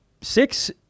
Six